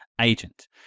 agent